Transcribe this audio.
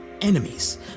enemies